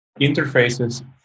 interfaces